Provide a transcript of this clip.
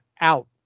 out